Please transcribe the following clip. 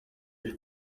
ibi